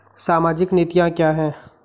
सामाजिक नीतियाँ क्या हैं?